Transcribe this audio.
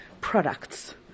products